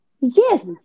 yes